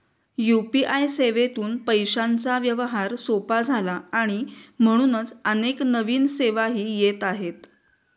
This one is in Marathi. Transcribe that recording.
यू.पी.आय सेवेतून पैशांचा व्यवहार सोपा झाला आणि म्हणूनच अनेक नवीन सेवाही येत आहेत